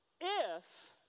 If